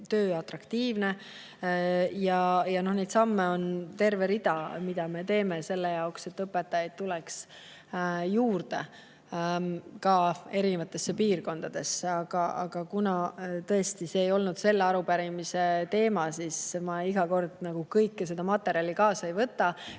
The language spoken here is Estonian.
samme on terve rida, mida me teeme selle jaoks, et õpetajaid tuleks juurde, ka eri piirkondadesse. Aga kuna tõesti see ei olnud selle arupärimise teema, siis ma iga kord kõiki neid materjale kaasa ei võta.